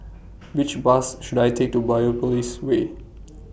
Which Bus should I Take to Biopolis Way